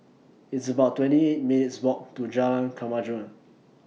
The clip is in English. It's about twenty eight minutes' Walk to Jalan Kemajuan